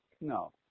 No